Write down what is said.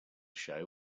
show